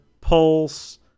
pulse